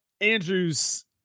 Andrews